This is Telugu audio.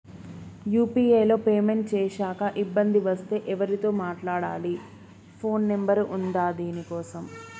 యూ.పీ.ఐ లో పేమెంట్ చేశాక ఇబ్బంది వస్తే ఎవరితో మాట్లాడాలి? ఫోన్ నంబర్ ఉందా దీనికోసం?